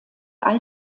all